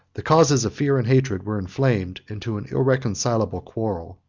the causes of fear and hatred were inflamed into an irreconcilable quarrel.